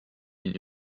den